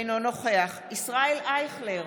אינו נוכח ישראל אייכלר,